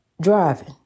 driving